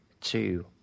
two